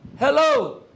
Hello